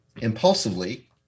impulsively